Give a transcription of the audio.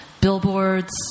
billboards